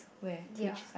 ya